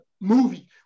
movie